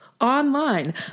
Online